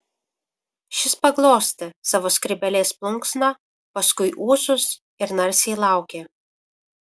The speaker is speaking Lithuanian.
šis paglostė savo skrybėlės plunksną paskui ūsus ir narsiai laukė